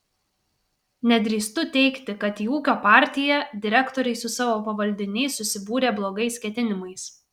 nedrįstu teigti kad į ūkio partiją direktoriai su savo pavaldiniais susibūrė blogais ketinimais